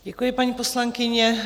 Děkuji, paní poslankyně.